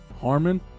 Harmon